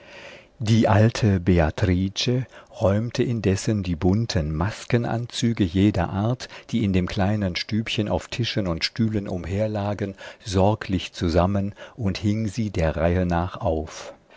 die alte beatrice räumte indessen die bunten maskenanzüge jeder art die in dem kleinen stübchen auf tischen und stühlen umherlagen sorglich zusammen und hing sie der reihe nach auf